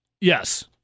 Yes